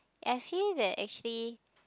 I feel that actually